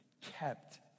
kept